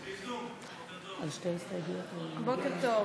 יש לך אחת.